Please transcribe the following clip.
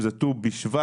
היום ט"ו בשבט.